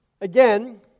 Again